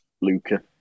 Luca